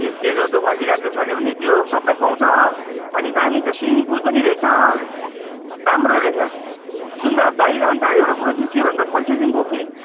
ए त्यही त तँ खसी खान्छस् भने पनि त्यो सबै पाउँछ हो अनि दामी छ स्विमिङ पुल पनि रहेछ हो राम्रो रहेछ सुन् त भाइ अनि त एउटा कुरो चाहिँ के भन्दा पैसा चाहिँ बोक् नि